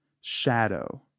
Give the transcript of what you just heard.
shadow